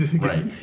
right